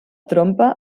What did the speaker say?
trompa